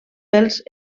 pels